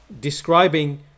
describing